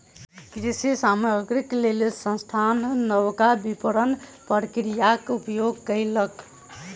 कृषि सामग्रीक लेल संस्थान नबका विपरण प्रक्रियाक उपयोग कयलक